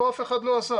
לא, אף אחד לא עשה.